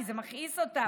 כי זה מכעיס אותם.